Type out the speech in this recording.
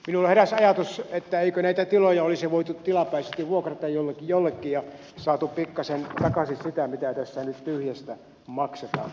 minulla heräsi ajatus että eikö näitä tiloja olisi voitu tilapäisesti vuokrata jollekin ja saatu pikkasen takaisin sitä mitä tässä nyt tyhjästä maksetaan